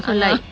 (uh huh)